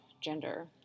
gender